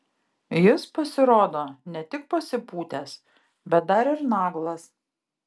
jis pasirodo ne tik pasipūtęs bet dar ir naglas